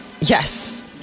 Yes